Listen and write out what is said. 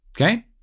Okay